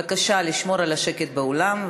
בבקשה לשמור על השקט באולם.